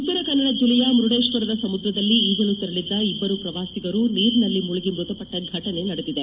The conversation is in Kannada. ಉತ್ತರ ಕನ್ನಡ ಜಿಲ್ಲೆಯ ಮುರುಡೇಶ್ವರದ ಸಮುದ್ರದಲ್ಲಿ ಈಜಲು ತೆರಳಿದ್ದ ಇಬ್ಬರು ಪ್ರವಾಸಿಗರು ನೀರಿನಲ್ಲಿ ಮುಳುಗಿ ಮೃತಪಟ್ಟ ಘಟನೆ ನಡೆದಿದೆ